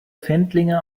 findlinge